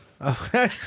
Okay